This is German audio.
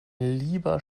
lieber